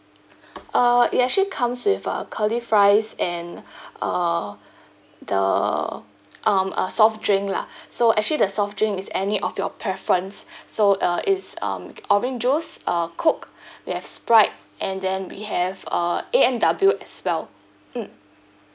err it actually comes with a curly fries and err the um a soft drink lah so actually the soft drink is any of your preference so uh it's um orange juice uh coke we have sprite and then we have uh A&W as well mm